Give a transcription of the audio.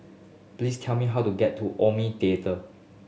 please tell me how to get to Omni Theatre